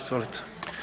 Izvolite.